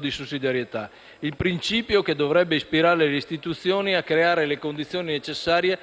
di sussidiarietà»; è il principio che dovrebbe ispirare le istituzioni a creare le condizioni necessarie